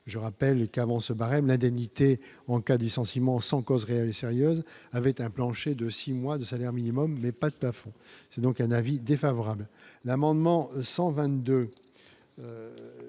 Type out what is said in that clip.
je rappelle qu'avant ce barème l'indemnité en cas de licenciement sans cause réelle et sérieuse, avait un plancher de 6 mois de salaire minimum n'est pas de plafond, c'est donc un avis défavorable à l'amendement 122